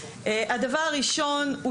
הדבר הראשון הוא